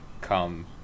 come